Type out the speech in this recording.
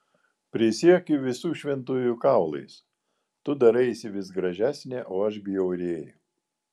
prisiekiu visų šventųjų kaulais tu daraisi vis gražesnė o aš bjaurėju